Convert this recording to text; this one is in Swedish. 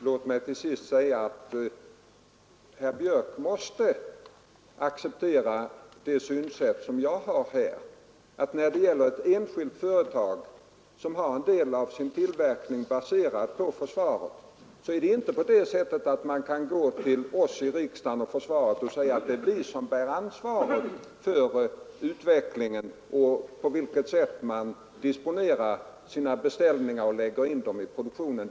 Herr talman! Herr Björck måste acceptera det synsätt som jag har här, att ett enskilt företag som har en del av sin tillverkning baserad på försvaret inte kan gå till riksdagen och säga att det är försvaret som bär ansvaret för det sätt på vilket beställningarna disponeras och läggs in i produktionen.